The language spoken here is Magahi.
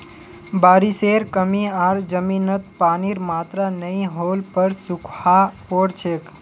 बारिशेर कमी आर जमीनत पानीर मात्रा नई होल पर सूखा पोर छेक